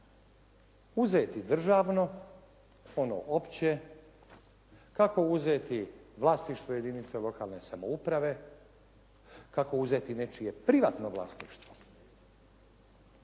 uzeti državno ono opće, kako uzeti vlasništvo jedinica lokalne samouprave, kako uzeti nečije privatno vlasništvo